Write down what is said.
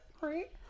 Right